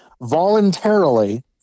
voluntarily